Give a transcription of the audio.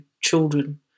children